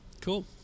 cool